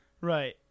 Right